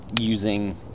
using